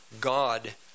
God